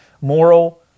moral